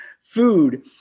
Food